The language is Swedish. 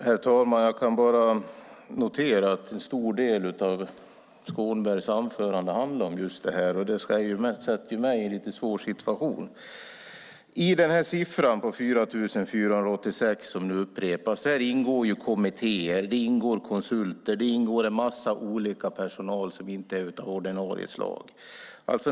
Herr talman! Jag kan bara notera att en stor del av Skånbergs anförande handlar om just nedskärningarna i budgeten, och det försätter mig i en lite svår situation. I siffran 4 486, som nu upprepas, ingår kommittéer, konsulter och en massa olika personal som inte är ordinarie.